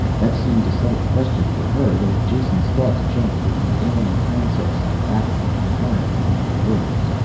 that seemed to settle the question for her, though jason's thoughts jumped with the alien concepts and background, inherent behind her words.